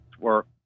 work